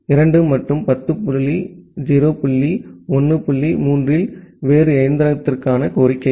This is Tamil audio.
2 மற்றும் 10 டாட் 0 டாட் 1 டாட் 3 இல் வேறு எந்திரத்திற்கான கோரிக்கை